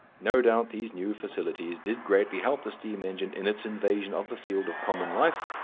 no doubt these new facilities did greatly help the steam engine in its invasion of the field of common life,